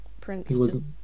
Prince